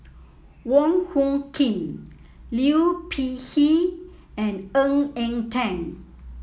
Wong Hung Khim Liu Peihe and Ng Eng Teng